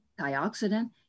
antioxidant